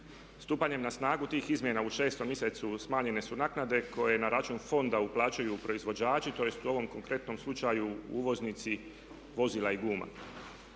Stupanjem na snagu tih izmjena u 6 mj. smanjene su naknade koje na račun fonda uplaćuju proizvođači, tj. u ovom konkretnom slučaju uvoznici vozila i guma.